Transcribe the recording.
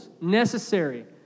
necessary